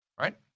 right